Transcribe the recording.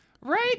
Right